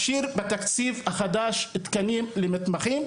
דואגים שתהיה הפשרה בתקציב החדש בתקנים למתמחים.